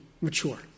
mature